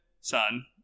son